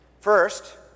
First